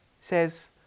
says